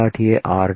a r